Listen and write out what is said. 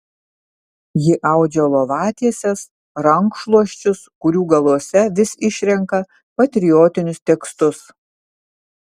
ji audžia lovatieses rankšluosčius kurių galuose vis išrenka patriotinius tekstus